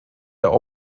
der